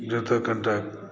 जतऽ कनिटा